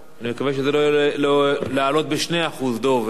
אני מקווה שזה לא להעלות ב-2%, דב.